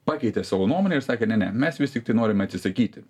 pakeitė savo nuomonę ir sakė ne ne mes vis tiktai norime atsisakyti